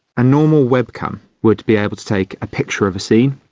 a normal web cam would be able to take a picture of a scene,